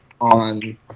on